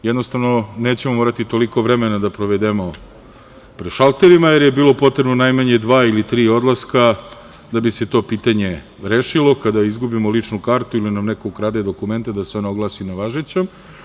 Jednostavno, nećemo morati toliko vremena da provedemo pred šalterima, jer je bilo potrebno najmanje dva ili tri odlaska da bi se to pitanje rešilo kada izgubimo ličnu kartu ili nam neko ukrade dokument da se ona oglasi nevažećom.